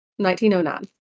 1909